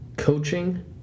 coaching